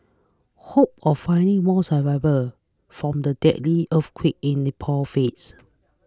hope of finding more survivors from the deadly earthquake in Nepal fades